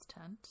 tent